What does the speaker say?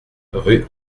rue